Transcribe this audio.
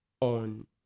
on